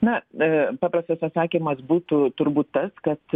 na paprastas atsakymas būtų turbūt tas kad